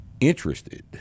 interested